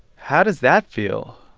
how does that feel?